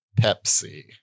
Pepsi